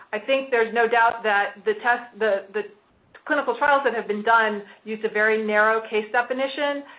i think there's no doubt that the test, the the clinical trials that have been done use a very narrow case definition,